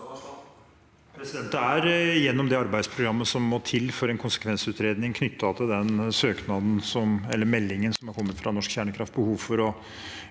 Gjennom det ar- beidsprogrammet som må til for en konsekvensutredning knyttet til den meldingen som har kommet fra Norsk Kjernekraft, er det behov for å